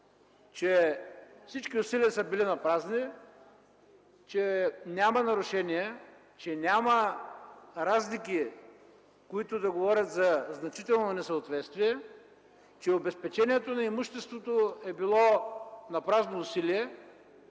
че всички усилия са били напразни, че няма нарушение, че няма разлики, които да говорят за значително несъответствие, че обезпечението на имуществото е било напразно усилие.